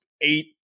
eight